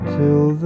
till